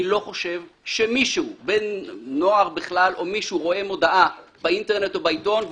אני לא חושב שמישהו בן נוער או בכלל - רואה מודעה באינטרנט או בעיתון,